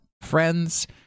friends